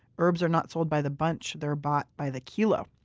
herbs are not sold by the bunch, they're bought by the kilo,